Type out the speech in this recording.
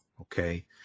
Okay